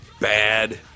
bad